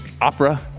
opera